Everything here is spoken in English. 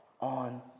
on